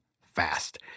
fast